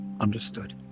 Understood